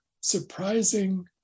surprising